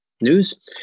news